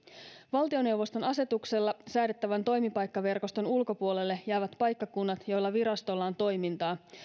valtioneuvoston asetuksella säädettävän toimipaikkaverkoston ulkopuolelle jäävät paikkakunnat joilla virastolla on toimintaa